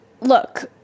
look